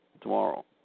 tomorrow